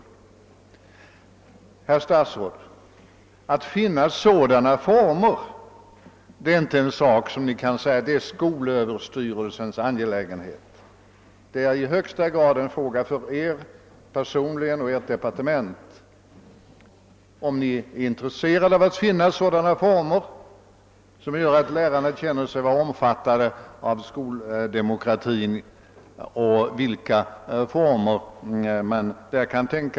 Herr statsråd! Att finna sådana former är inte en sak, som Ni kan säga är skolöverstyrelsens angelägenhet. Det är i högsta grad en fråga för Er personligen och Ert departement att genom lämpliga utredningar finna sådana former att lärarna känner sig vara omfattade av skoldemokratin.